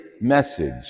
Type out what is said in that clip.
message